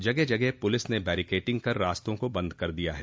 जगह जगह पुलिस ने बैरिकेटिंग कर रास्तां को बंद कर दिया है